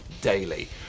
daily